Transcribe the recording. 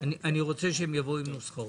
אני רוצה שהם יבואו עם נוסחאות.